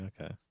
okay